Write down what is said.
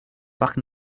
parc